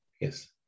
Yes